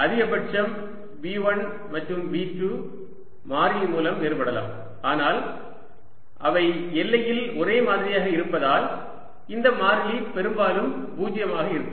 அதிகபட்சம் V1 மற்றும் V2 மாறிலி மூலம் வேறுபடலாம் ஆனால் அவை எல்லையில் ஒரே மாதிரியாக இருப்பதால் இந்த மாறிலி பெரும்பாலும் 0 ஆக இருக்கும்